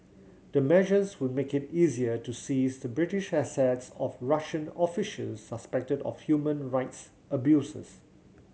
the measures would make it easier to seize the British assets of Russian officials suspected of human rights abuses